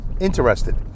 interested